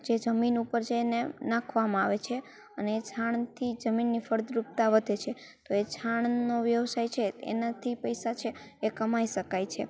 જે જમીન ઉપર જઈને નાખવામાં આવે છે અને છાણથી જમીનની ફળદ્રુપતા વધે છે તો એ છાણનો વ્યવસાય છે એનાથી પૈસા છે એ કમાઈ શકાય છે